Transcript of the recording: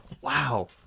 Wow